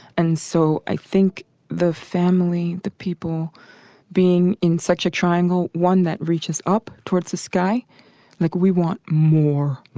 and so i think the family, the people being in such a triangle, one that reaches up towards the sky like we want more,